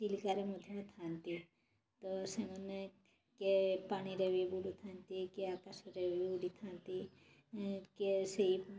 ଚିଲିକାରେ ମଧ୍ୟ ଥାଆନ୍ତି ତ ସେମାନେ କିଏ ପାଣିରେ ବି ବୁଡ଼ୁଥାନ୍ତି କିଏ ଆକାଶରେ ବି ଉଡ଼ିଥାନ୍ତି କିଏ ସେଇ